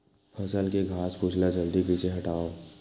फसल के घासफुस ल जल्दी कइसे हटाव?